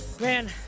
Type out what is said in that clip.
man